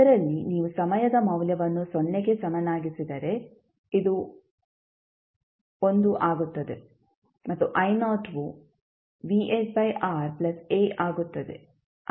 ಇದರಲ್ಲಿ ನೀವು ಸಮಯದ ಮೌಲ್ಯವನ್ನು ಸೊನ್ನೆಗೆ ಸಮನಾಗಿಸಿದರೆ ಇದು 1 ಆಗುತ್ತದೆ ಮತ್ತು ವು ಆಗುತ್ತದೆ